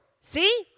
See